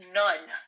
none